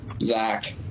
Zach